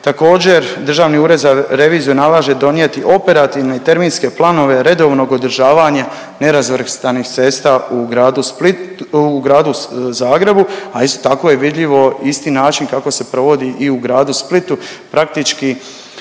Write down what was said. Također Državni ured za reviziju nalaže donijeti operativne terminske planove redovnog održavanja nerazvrstanih cesta u gradu Spli…, u Gradu Zagrebu, a isto tako je vidljivo isti način kako se provodi i u gradu Splitu, praktički